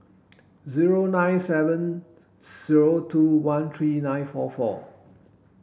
zero nine seven throw two one three nine four four